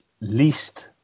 least